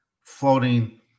floating